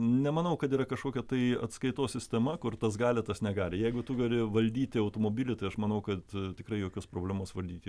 nemanau kad yra kažkokia tai atskaitos sistema kur tas gali tas negali jeigu tu gali valdyti automobilį tai aš manau kad tikrai jokios problemos valdyti